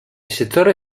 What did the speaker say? settore